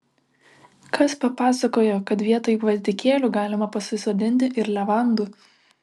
kas papasakojo kad vietoj gvazdikėlių galima pasisodinti ir levandų